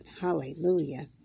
Hallelujah